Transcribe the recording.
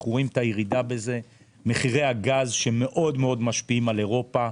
אנחנו רואים את הירידה מחירי הגז שמאוד-מאוד משפיעים על אירופה.